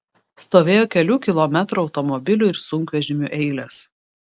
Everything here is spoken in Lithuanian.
stovėjo kelių kilometrų automobilių ir sunkvežimių eilės